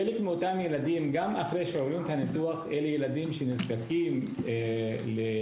אבל חלק מאותם ילדים שעוברים את הניתוח הם ילדים שנזקקים למעקב,